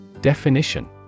Definition